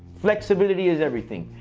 flexibility is everything.